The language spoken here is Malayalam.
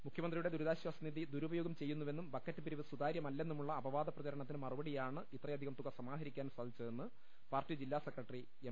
മുഖ്യമന്ത്രിയുടെ ദുരിതാ ശ്വാസ നിധി ദുരുപയോഗം ചെയ്യുന്നുവെന്നും ബക്കറ്റ് പിരിവ് സുതാ ര്യമല്ലെന്നുമുള്ള അപവാദ പ്രചരണത്തിന് മറുപടിയാണ് ഇത്രയധികം തുക സമാഹരിക്കാൻ സാധിച്ചതെന്ന് പാർട്ടി ജില്ലാ സെക്രട്ടറി എം